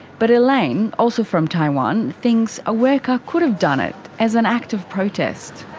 but elaine, also from taiwan, thinks a worker could have done it as an act of protest.